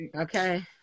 Okay